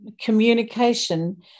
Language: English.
communication